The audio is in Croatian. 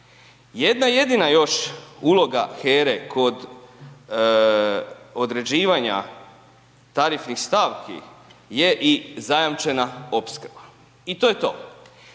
Jedna jedina još uloga HERE kod određivanja tarifnih stavki je i zajamčena opskrba i to je to.